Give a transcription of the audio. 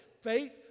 Faith